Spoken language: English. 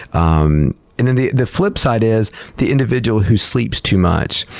um and and the the flip side is the individual who sleeps too much.